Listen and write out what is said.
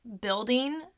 building